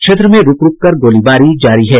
क्षेत्र में रुक रुक कर गोलीबारी जारी है